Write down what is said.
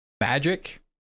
magic